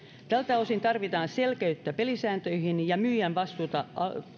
tältä osin tarvitaan selkeyttä pelisääntöihin ja myyjän vastuuta